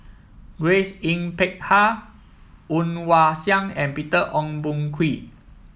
Grace Yin Peck Ha Woon Wah Siang and Peter Ong Boon Kwee